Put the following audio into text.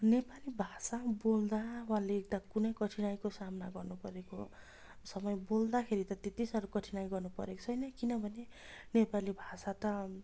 नेपाली भाषा बोल्दा वा लेख्दा कुनै कठिनाइको सामना गर्नु परेको समय बोल्दाखेरि त त्यति साह्रो कठिनाइ गर्नु परेको छैन किनभने नेपाली भाषा त